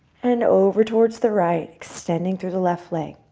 and over towards the right, extending through the left leg.